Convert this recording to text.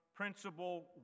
Principal